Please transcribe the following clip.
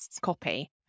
copy